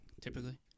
typically